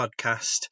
podcast